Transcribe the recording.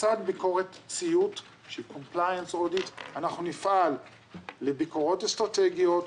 לצד ביקורת --- אנחנו נפעל לביקורות אסטרטגיות,